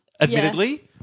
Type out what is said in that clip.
Admittedly